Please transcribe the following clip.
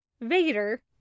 Vader